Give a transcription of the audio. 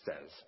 says